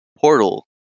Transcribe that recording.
Portal